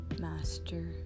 master